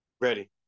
ready